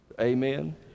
Amen